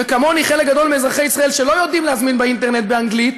וכמוני חלק גדול מאזרחי ישראל שלא יודעים להזמין באינטרנט באנגלית,